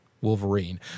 Wolverine